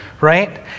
right